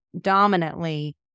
dominantly